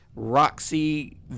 roxy